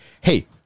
hey